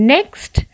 Next